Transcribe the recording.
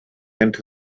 into